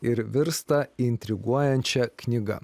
ir virsta intriguojančia knyga